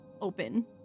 open